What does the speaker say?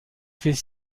fait